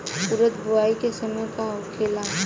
उरद बुआई के समय का होखेला?